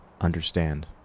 understand